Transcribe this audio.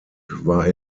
war